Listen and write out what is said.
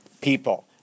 people